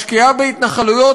משקיעה בהתנחלויות,